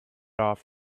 off